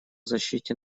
защите